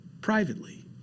privately